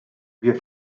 wir